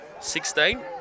16